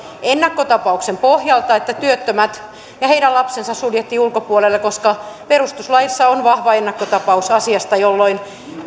ennakkotapauksen pohjalta että työttömät ja heidät lapsensa suljettiin ulkopuolelle koska perustuslaissa on vahva ennakkotapaus asiasta jolloin